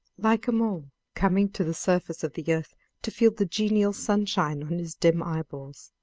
like a mole coming to the surface of the earth to feel the genial sunshine on his dim eyeballs.